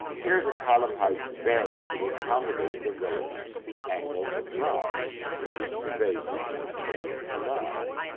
here, the column heights vary to accommodate the railing's angle of rise, and to keep the vases and plinths aligned.